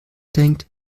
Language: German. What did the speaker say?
denkt